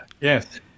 yes